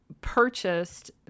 purchased